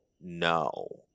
no